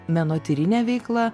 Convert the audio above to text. menotyrine veikla